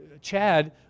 Chad